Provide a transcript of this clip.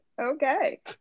Okay